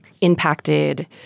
impacted